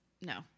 No